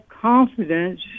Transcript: Confidence